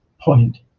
point